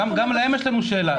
גם להם יש לנו שאלה.